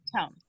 tone